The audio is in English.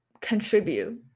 contribute